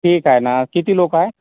ठीक आहे ना किती लोक आहे